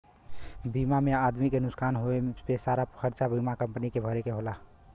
बीमा में आदमी के नुकसान होए पे सारा खरचा बीमा कम्पनी के भरे के होला